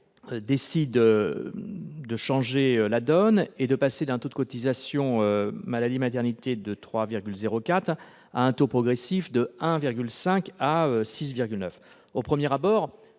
décide de changer la donne et de passer d'un taux de cotisation maladie et maternité de 3,04 % à un taux progressif de 1,5 % à 6,9 %. Au premier abord,